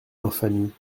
infamie